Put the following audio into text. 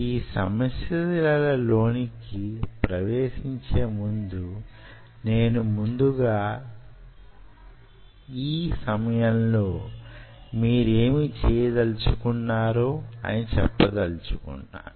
ఈ సమస్యలలోనికి ప్రవేశించే ముందు నేను ముందుగా యీ సమయంలో మీరేమి చేయదలచుకున్నారో అది చెప్పదలచుకున్నాను